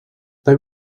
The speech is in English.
they